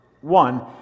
one